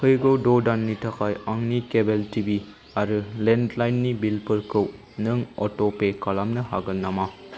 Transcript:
फैगौ द' दाननि थाखाय आंनि केबोल टि भि आरो लेन्डलाइननि बिलफोरखौ नों अट'पे खालामनो हागोन नामा